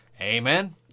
amen